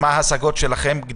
מה ההשגות שלכם?